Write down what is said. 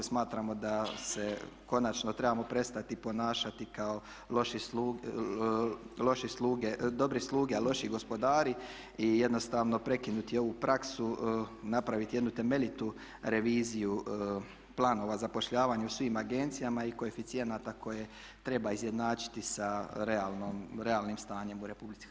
Smatramo da se konačno trebamo prestati ponašati kao dobri sluge, a loši gospodari i jednostavno prekinuti ovu praksu, napraviti jednu temeljitu reviziju planova zapošljavanja u svim agencijama i koeficijenata koje treba izjednačiti sa realnim stanjem u Republici Hrvatskoj.